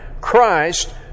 Christ